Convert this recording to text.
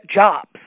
jobs